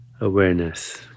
awareness